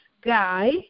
guy